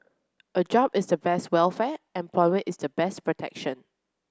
a job is the best welfare employment is the best protection